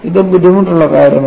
ഇത് ബുദ്ധിമുട്ടുള്ള കാര്യമല്ല